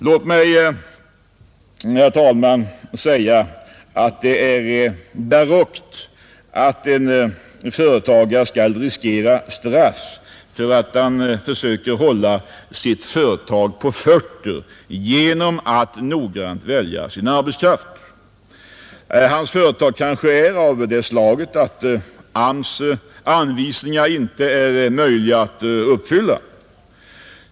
Låt mig, herr talman, säga att det är barockt att en företagare skall riskera straff för att han försöker hålla sitt företag på fötter genom att noggrant välja arbetskraft. Hans företag kanske är av det slaget, att AMS anvisningar inte är möjliga att uppfylla.